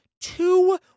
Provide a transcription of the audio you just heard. two